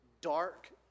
dark